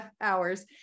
hours